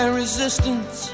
resistance